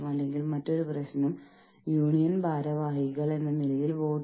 അപ്പോഴാണ് അവർ ഒരു കൂട്ടായ ബോഡി ആയി പോകുന്നത്